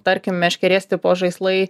tarkim meškerės tipo žaislai